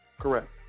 Correct